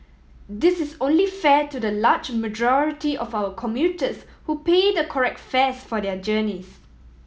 this is only fair to the large majority of our commuters who pay the correct fares for their journeys